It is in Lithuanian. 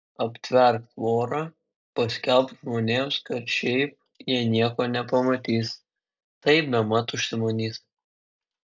aptverk tvora paskelbk žmonėms kad šiaip jie nieko nepamatys tai bemat užsimanys